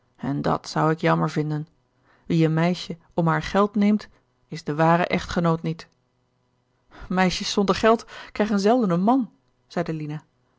en dat zou ik jammer vinden wie een meisje om haar geld neemt is de ware echtgenoot niet meisjes zonder geld krijgen zelden een man zeide lina